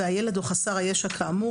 והילד או חסר הישע כאמור,